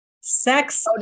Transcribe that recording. Sex